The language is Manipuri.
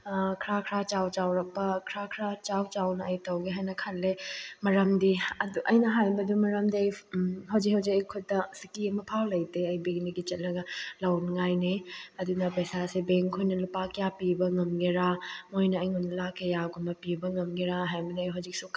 ꯈꯔ ꯈꯔ ꯆꯥꯎ ꯆꯥꯎꯔꯛꯄ ꯈꯔ ꯈꯔ ꯆꯥꯎ ꯆꯥꯎꯅ ꯑꯩ ꯇꯧꯒꯦ ꯍꯥꯏꯅ ꯈꯜꯂꯦ ꯃꯔꯝꯗꯤ ꯑꯩꯅ ꯍꯥꯏꯕꯗꯨ ꯃꯔꯝꯗꯤ ꯑꯩ ꯍꯧꯖꯤꯛ ꯍꯧꯖꯤꯛ ꯑꯩ ꯈꯨꯠꯇ ꯁꯤꯀꯤ ꯑꯃꯐꯥꯎ ꯂꯩꯇꯦ ꯑꯩ ꯕꯦꯡꯗ ꯆꯠꯂꯒ ꯂꯧꯅꯉꯥꯏꯅꯦ ꯑꯗꯨꯅ ꯄꯩꯁꯥꯁꯦ ꯕꯦꯡꯈꯣꯏꯅ ꯂꯨꯄꯥ ꯀꯌꯥ ꯄꯤꯕ ꯉꯝꯒꯦꯔꯥ ꯃꯣꯏꯅ ꯑꯩꯉꯣꯟꯗ ꯂꯥꯛ ꯀꯌꯥꯒꯨꯝꯕ ꯄꯤꯕ ꯉꯝꯒꯦꯔꯥ ꯍꯥꯏꯕꯅꯦ ꯍꯧꯖꯤꯛꯁꯨ